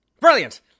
Brilliant